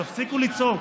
תפסיקו לצעוק.